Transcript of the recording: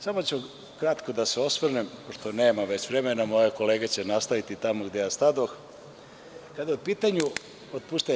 Samo ću kratko da se osvrnem, pošto nemam već vremena, moje kolege će nastaviti tamo gde ja stadoh, kada je u pitanju otpuštanje.